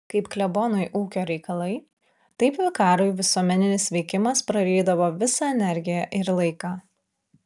kaip klebonui ūkio reikalai taip vikarui visuomeninis veikimas prarydavo visą energiją ir laiką